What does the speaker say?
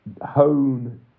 hone